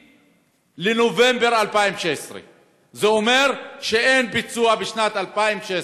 בנובמבר 2016. זה אומר שאין ביצוע בשנת 2016,